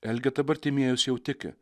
elgeta bartimiejus jau tiki